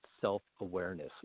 self-awareness